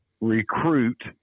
recruit